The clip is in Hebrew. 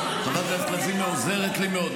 חברת הכנסת לזימי עוזרת לי מאוד,